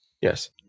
Yes